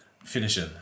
Finishing